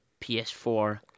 PS4